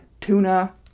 Tuna